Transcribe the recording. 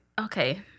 Okay